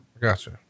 Gotcha